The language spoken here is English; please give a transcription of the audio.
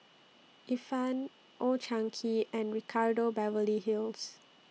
Ifan Old Chang Kee and Ricardo Beverly Hills